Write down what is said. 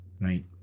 right